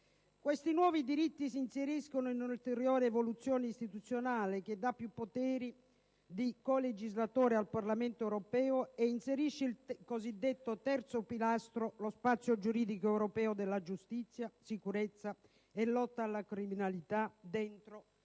Questi nuovi diritti s'inseriscono in un'ulteriore evoluzione istituzionale che dà più poteri di colegislatore al Parlamento europeo e inserisce il cosiddetto terzo pilastro, lo spazio giuridico europeo della giustizia, sicurezza e lotta alla criminalità, all'interno